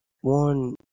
one